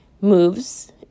moves